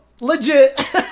Legit